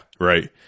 right